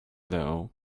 though